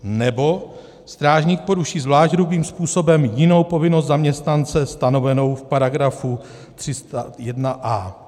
nebo strážník poruší zvlášť hrubým způsobem jinou povinnost zaměstnance stanovenou v § 301a.